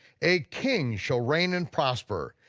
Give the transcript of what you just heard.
a king shall reign and prosper,